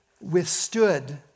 withstood